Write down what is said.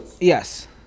Yes